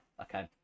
okay